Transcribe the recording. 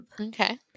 Okay